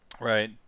Right